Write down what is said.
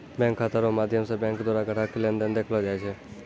bank खाता रो माध्यम से बैंक द्वारा ग्राहक के लेन देन देखैलो जाय छै